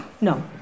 No